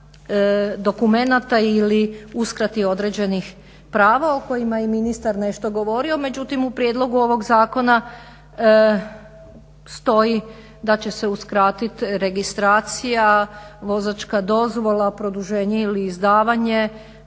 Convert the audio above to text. dokumenata ili uskrati određenih prava o kojima je ministar nešto govorio, međutim u prijedlogu ovog zakona stoji da će se uskratiti registracija, vozačka dozvola, produženje ili izdavanje,